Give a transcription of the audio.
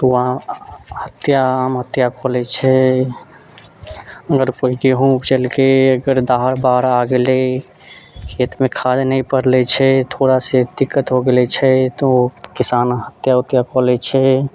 तऽ ओ हत्या आत्महत्या कऽ लैत छै अगर केओ गेहुँ उपजेलकै अगर दहाड़ बाढ़ि आ गेलै खेतमे खाद नहि पड़ल छै थोड़ासँ दिक्कत हो गेल छै तऽ किसान हत्या उत्या कऽ लैत छै